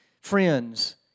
friends